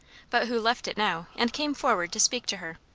but who left it now and came forward to speak to her.